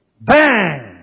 bang